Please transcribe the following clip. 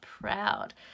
proud